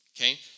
Okay